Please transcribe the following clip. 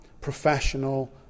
professional